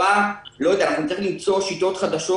אנחנו נצטרך למצוא שיטות חדשות,